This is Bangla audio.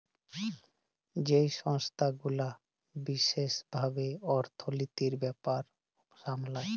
যেই সংস্থা গুলা বিশেস ভাবে অর্থলিতির ব্যাপার সামলায়